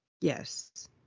Yes